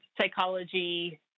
psychology